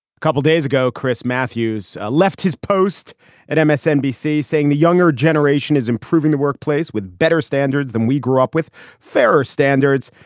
couple days ago, chris matthews ah left his post at msnbc, saying the younger generation is improving the workplace with better standards than we grew up with fairer standards.